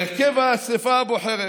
הרכב האספה הבוחרת